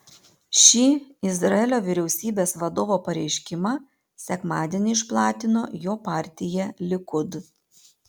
šį izraelio vyriausybės vadovo pareiškimą sekmadienį išplatino jo partija likud